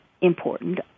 important